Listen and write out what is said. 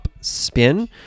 Spin